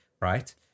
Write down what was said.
right